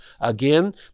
Again